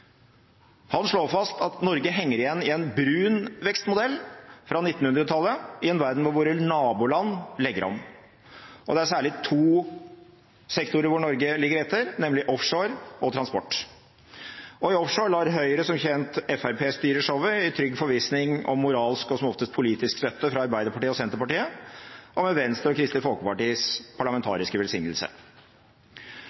Han slår fast at «Norge henger igjen i en «brun» vekstmodell fra 1900-tallet i en verden hvor våre naboland legger om. Det er særlig to sektorer som gjør at Norge ligger etter, nemlig offshore og transport». I offshore lar Høyre som kjent Fremskrittspartiet styre showet i trygg forvissning om moralsk og som oftest politisk støtte fra Arbeiderpartiet og Senterpartiet, og med Venstres og Kristelig Folkepartis